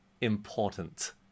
important